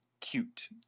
cute